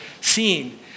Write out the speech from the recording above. seen